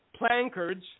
plankards